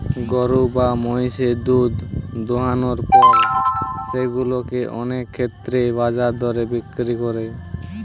গরু বা মহিষের দুধ দোহানোর পর সেগুলা কে অনেক ক্ষেত্রেই বাজার দরে বিক্রি করে